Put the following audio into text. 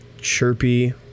chirpy